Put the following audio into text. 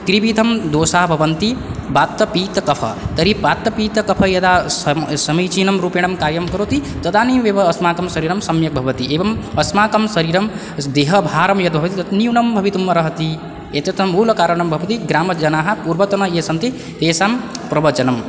त्रिविधं दोषाः भवन्ति वातपित्तकफाः तर्हि वातपित्तकफाः यदा सं समीचीन रूपेण कार्यं करोति तदानीम् एव अस्माकं शरीरं सम्यक् भवति एवम् अस्माकं शरीरं देहभारं यद्ववति तद् न्यूनं भवितुमर्हति एतदर्थं मूलकारणं भवति ग्रामजनाः पूर्वतनः ये सन्ति तेषां प्रवचनम्